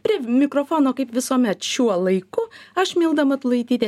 prie mikrofono kaip visuomet šiuo laiku aš milda matulaitytė